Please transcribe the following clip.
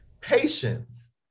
Patience